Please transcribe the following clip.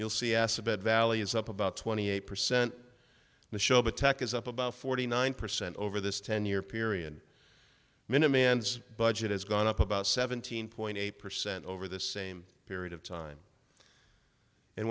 you'll see s a bit valley is up about twenty eight percent in the show but tech is up about forty nine percent over this ten year period minute man's budget has gone up about seventeen point eight percent over the same period of time and